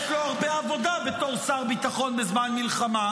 כי מחר בבוקר אני מניח שיש לו הרבה עבודה בתור שר ביטחון בזמן מלחמה,